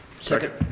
Second